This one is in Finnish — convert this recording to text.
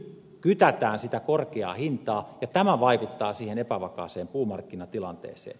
nyt kytätään sitä korkeaa hintaa ja tämä vaikuttaa siihen epävakaaseen puumarkkinatilanteeseen